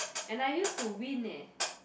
and I used to win leh